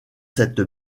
cette